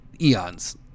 eons